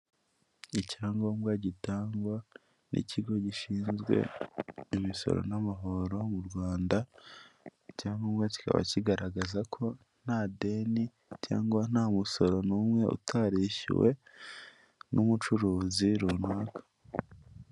Icyangombwa gitangwa n'ikigo gishinzwe imisoro n'amahoro mu Rwanda, icyangombwa kikaba kigaragaza ko nta deni cyangwa nta musoro n'umwe utarishyuwe n'umucuruzi runaka.